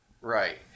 right